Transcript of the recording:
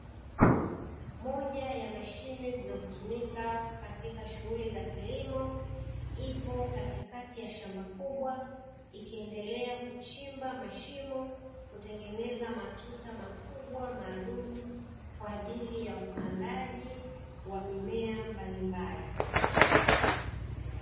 Moja ya mashine zinazotumika katika shughuli za kilimo, ipo katikati ya shamba kubwa, ikiendelea kuchimba mashimo kutengeneza matuta makubwa maalumu kwa ajili ya upandaji wa mimea mbalimbali.